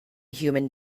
human